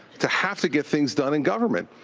to have to get things done in government.